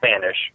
Spanish